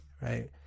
right